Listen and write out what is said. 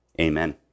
Amen